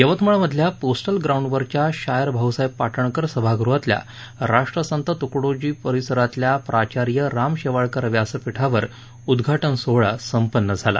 यवतमाळ मधल्या पोस्टल ग्राउंडवरच्या शायर भाऊसाहेब पाटणकर सभागृहातल्या राष्ट्रसंत तुकडोजी परिसरातल्या प्राचार्य राम शेवाळकर व्यासपीठावर उद्घाटन सोहळा संपन्न झाला